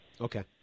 Okay